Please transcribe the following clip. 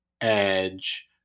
edge